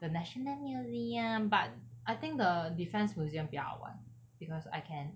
the national museum but I think the defence museum 比较好玩 because I can